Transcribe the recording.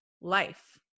life